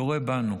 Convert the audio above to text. יורה בנו,